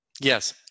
Yes